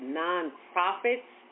nonprofits